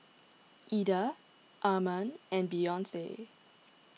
Eda Arman and Beyonce